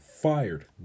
fired